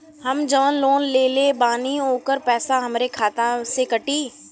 हम जवन लोन लेले बानी होकर पैसा हमरे खाते से कटी?